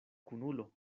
kunulo